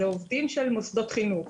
זה עובדים של מוסדות חינוך.